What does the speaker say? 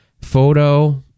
photo